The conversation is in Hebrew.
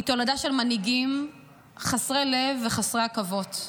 היא תולדה של מנהיגים חסרי לב וחסרי עכבות,